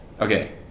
Okay